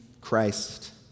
Christ